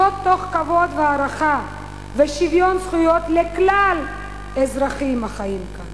זאת תוך כבוד והערכה ושוויון זכויות לכלל האזרחים החיים כאן,